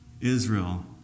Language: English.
Israel